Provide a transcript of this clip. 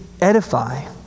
edify